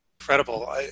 Incredible